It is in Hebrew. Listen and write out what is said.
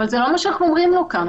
אבל זה לא מה שאנחנו אומרים לו כאן.